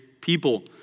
people